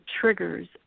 triggers